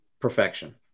perfection